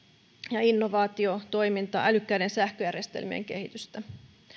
ja innovaatiotoimintaa älykkäiden sähköjärjestelmien kehitystä